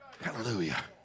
Hallelujah